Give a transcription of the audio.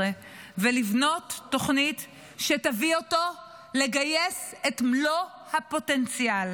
ולבנות תוכנית שתביא אותו לגייס את מלוא הפוטנציאל.